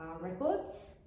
records